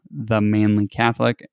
themanlycatholic